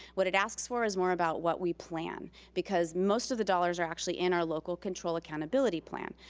what it asks for is more about what we plan because most of the dollars are actually in our local control accountability plan.